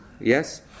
Yes